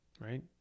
right